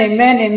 Amen